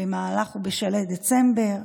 במהלך ובשלהי דצמבר,